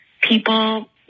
people